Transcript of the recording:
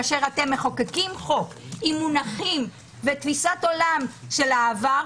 כאשר אתם מחוקקים חוק עם מונחים ותפיסת עולם של העבר,